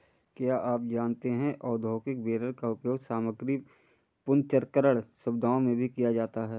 क्या आप जानते है औद्योगिक बेलर का उपयोग सामग्री पुनर्चक्रण सुविधाओं में भी किया जाता है?